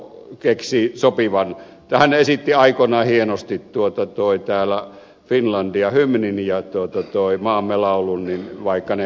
alatalo keksii sopivan hän esitti aikoinaan hienosti finlandia hymnin ja maamme laulun vaikka ne yhdessä sitten